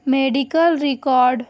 medical record